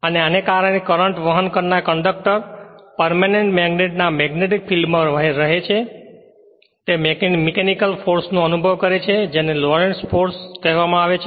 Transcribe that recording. અને કારણ કે કરંટ વહન કરનાર કંડક્ટર પર્મેનેંટ મેગ્નેટ ના મેગ્નીટિક ફિલ્ડ માં રહે છે તે મીકેનિકલ ફોર્સ નો અનુભવ કરે છે જેને લોરેન્ટ્ઝ ફોર્સ કહેવામાં આવે છે